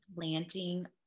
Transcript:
planting